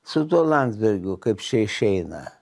su tuo landsbergiu kaip čia išeina